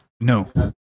No